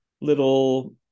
little